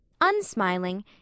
Unsmiling